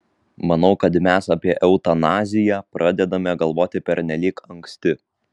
manau kad mes apie eutanaziją pradedame galvoti pernelyg anksti